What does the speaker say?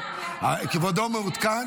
כבודו מעודכן?